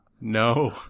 no